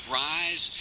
rise